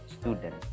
student